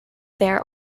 there